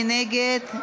מי נגד?